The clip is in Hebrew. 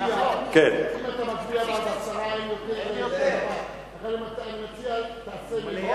אם אתה מצביע בעד ההסרה, אני מציע שתעשה,